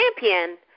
champion